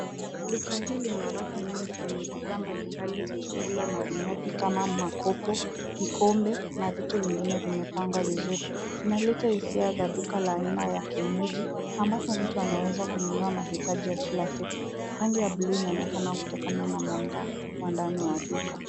Duka hili lina rafu nyingi zenye bidhaa mbali mbali za chakula na vinywaji kama makopo, vikombe na vitu vingine vimepangwa vizuri. Inaleta hisia za duka la aina ya kienyeji, ambapo mtu anaweza kununua mahitaji ya kila siku. Rangi ya buluu inaonekana kutokana na mwanga wa ndani wa duka.